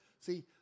See